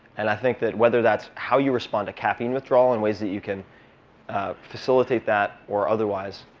and i think that whether that's how you respond to caffeine withdrawal and ways that you can facilitate that or otherwise,